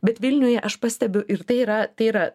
bet vilniuje aš pastebiu ir tai yra tai yra